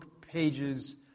pages